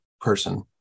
person